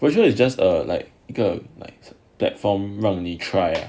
virtual is just a like 一个 a platform 让你 try